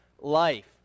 life